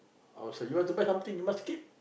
our self you want to buy something you must keep